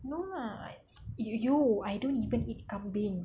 no lah !aiyo! I don't even eat kambing